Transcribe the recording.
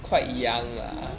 primary school